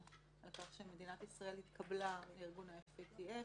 על כך שמדינת ישראל התקבלה לארגון ה-FATF,